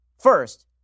First